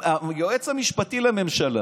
היועץ המשפטי לממשלה,